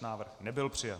Návrh nebyl přijat.